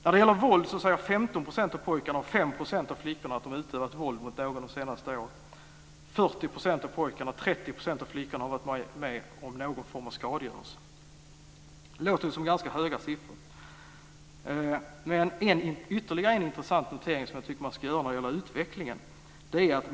När det gäller våld säger 15 % av pojkarna och 5 % av flickorna att de utövat våld mot någon det senaste året. 40 % av pojkarna och 30 % av flickorna har varit med om någon form av skadegörelse. Detta låter ju som ganska höga siffror. Men det finns ytterligare en intressant notering som jag tycker att man ska göra när det gäller utvecklingen.